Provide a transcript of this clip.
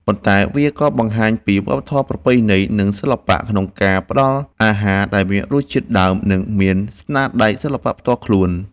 ប៉ុន្តែវាក៏បង្ហាញពីវប្បធម៌ប្រពៃណី និងសិល្បៈក្នុងការផ្ដល់អាហារដែលមានរសជាតិដើម និងមានស្នាដៃសិល្បៈផ្ទាល់ខ្លួន។